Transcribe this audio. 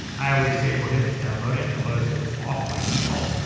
i always say prohibit downloading. you'll notice it was off by default.